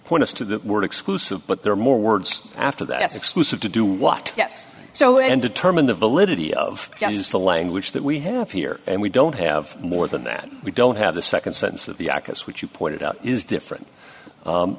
point to that word exclusive but there are more words after that exclusive to do what yes so and determine the validity of the language that we have here and we don't have more than that we don't have the second sense of the access which you pointed out is different